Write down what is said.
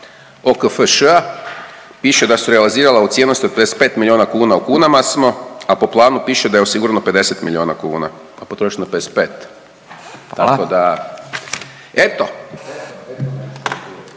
OFFŠ-a piše da su realizirala u cijelosti od 55 milijuna kuna u kunama smo, a po planu piše da je osigurano 50 milijuna kuna, a potrošeno j 55, tako